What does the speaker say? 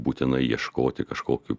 būtinai ieškoti kažkokių